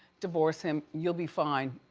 divorce him, you'll be fine.